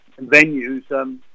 venues